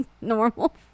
normal